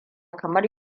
kamar